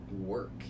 work